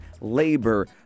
labor